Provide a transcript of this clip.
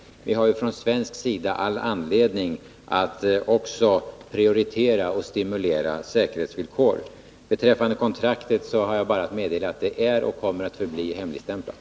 Vi har också från svensk sida all anledning att prioritera säkerhetsvillkor och stimulera uppställandet av sådana. Beträffande kontraktet har jag bara att meddela att det är och kommer att förbli hemligstämplat.